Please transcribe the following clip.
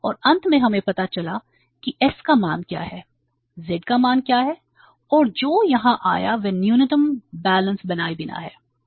और अंत में हमें पता चला कि s का मान क्या है z का मान क्या है और जो यहाँ आया वह न्यूनतम बैलेंस बनाए बिना है